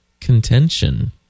contention